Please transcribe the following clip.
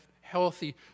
healthy